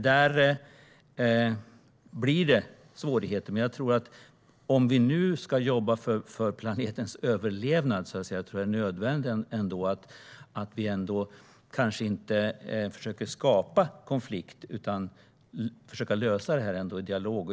Där blir det alltså svårigheter, men om vi nu ska jobba för planetens överlevnad tror jag ändå att det är nödvändigt att inte försöka skapa konflikt utan lösa detta i dialog.